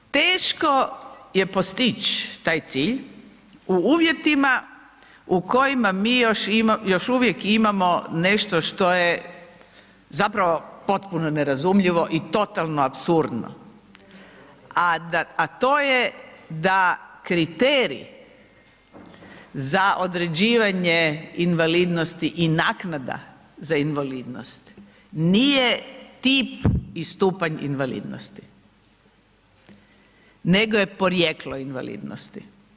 Teško je postići taj cilj, u uvjetima, u kojima mi još uvijek imamo nešto što je zapravo potpuno nerazumljivo i totalno apsurdno, a to je da kriterij za određivanje invalidnosti i naknade za invalidnost nije tip i stupanj invalidnosti, nego je porijeklo invalidnosti.